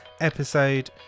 episode